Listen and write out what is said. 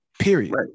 period